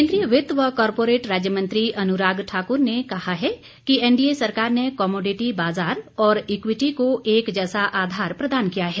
केन्द्रीय वित्त व कॉरपोरेट राज्य मंत्री अनुराग ठाक्र ने कहा है कि एनडीए सरकार ने कमोडिटी बाज़ार और इक्विटी को एक जैसा आधार प्रदान किया है